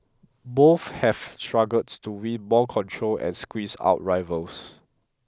both have struggled to win more control and squeeze out rivals